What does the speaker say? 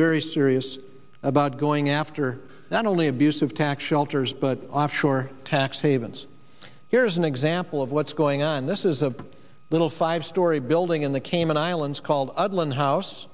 very serious about going after not only abusive tax shelters but offshore tax havens here's an example of what's going on this is a little five story building in the cayman islands called odland house